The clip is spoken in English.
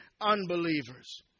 unbelievers